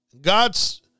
God's